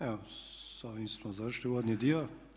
Evo sa ovime smo završili uvodni dio.